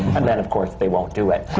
and then, of course, they won't do it!